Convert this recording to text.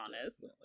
honest